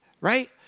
right